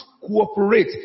cooperate